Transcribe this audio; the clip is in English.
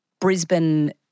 Brisbane